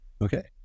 okay